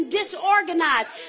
disorganized